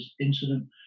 incident